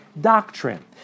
doctrine